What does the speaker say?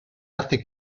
hace